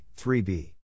3B